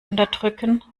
unterdrücken